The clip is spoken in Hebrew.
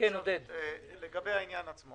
לעניין עצמו